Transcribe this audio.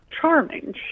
charming